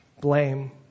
blame